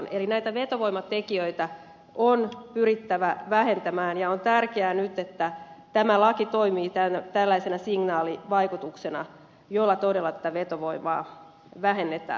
eli näitä vetovoimatekijöitä on pyrittävä vähentämään ja on tärkeää nyt että tämä laki toimii tällaisena signaalivaikutuksena jolla todella tätä vetovoimaa vähennetään